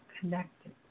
connected